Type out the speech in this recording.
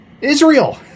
Israel